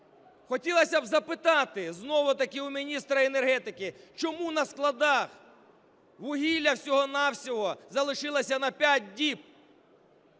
Хотілося б запитати знов-таки в міністра енергетики, чому на складах вугілля всього-на-всього залишилося на п'ять